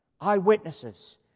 Eyewitnesses